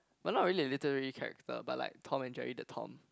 but not really a literary character but like Tom and Jerry the Tom